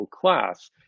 class